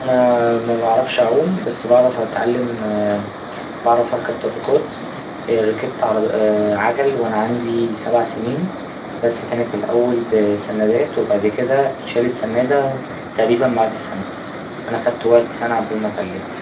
أنا مبعرفش أعوم بس بعرف أتعلم ـ بعرف أركب دراجات، ركبت عجل وأنا عندي سبع سنين، بس كانت الأول بسندات وبعد كده اتشالت سناده تقريبا بعد سنة فا أنا خدت وقت سنة عقبال ما أتعلمت.